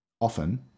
often